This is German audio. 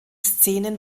szenen